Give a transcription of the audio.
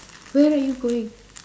where are you going